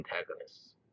antagonists